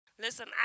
Listen